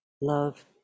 love